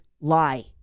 lie